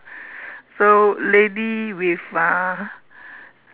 so lady with uh